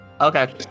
Okay